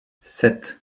sept